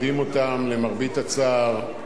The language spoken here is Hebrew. יודעים אותם, למרבה הצער,